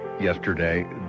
yesterday